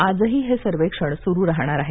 आजही हे सर्वेक्षण सुरू राहणार आहे